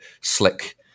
slick